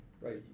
Right